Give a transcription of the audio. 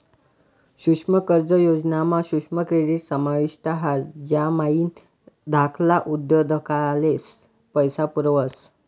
सुक्ष्म कर्ज योजना मा सुक्ष्म क्रेडीट समाविष्ट ह्रास ज्यानामाईन धाकल्ला उद्योगधंदास्ले पैसा पुरवठा व्हस